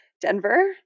Denver